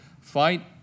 fight